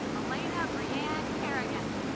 elena brianne kerrigan